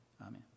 Amen